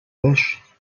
bêche